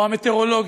או המטאורולוגיה.